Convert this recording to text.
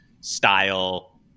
style